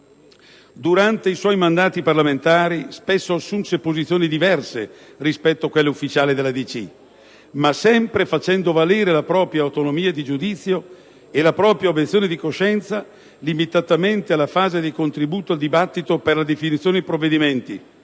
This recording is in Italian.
Durante i suoi mandati parlamentari spesso assunse posizioni diverse rispetto a quelle ufficiali della DC, ma sempre facendo valere la propria autonomia di giudizio e la propria obiezione di coscienza limitatamente alla fase di contributo al dibattito per la definizione dei provvedimenti,